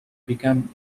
become